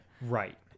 Right